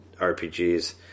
RPGs